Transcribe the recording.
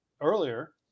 earlier